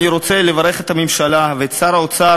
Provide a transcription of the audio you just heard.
אני רוצה לברך את הממשלה ואת שר האוצר